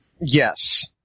yes